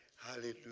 Hallelujah